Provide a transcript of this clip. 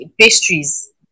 pastries